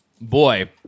Boy